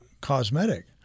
cosmetic